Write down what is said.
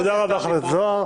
תודה רבה, חבר הכנסת זוהר.